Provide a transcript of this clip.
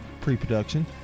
pre-production